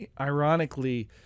ironically